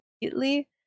immediately